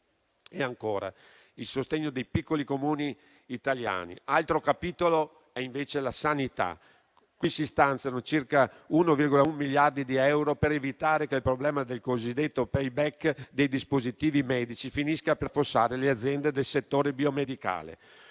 c'è il sostegno dei piccoli Comuni italiani. Altro capitolo è invece la sanità, per la quale si stanziano circa 1,1 miliardi di euro per evitare che il problema del cosiddetto *payback* sui dispositivi medici finisca per affossare le aziende del settore biomedicale.